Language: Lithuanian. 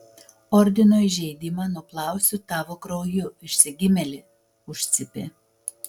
ordino įžeidimą nuplausiu tavo krauju išsigimėli užcypė